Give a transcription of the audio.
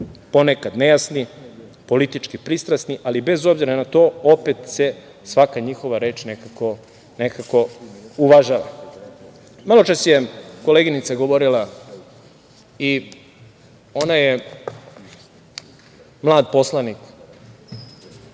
ponekad nejasni, politički pristrasni, ali bez obzira na to opet se svaka njihova reč nekako uvažava. Maločas je koleginica govorila i ona je mlad poslanik.